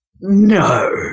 no